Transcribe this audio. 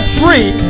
free